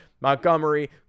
Montgomery